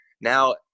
Now